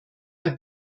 herr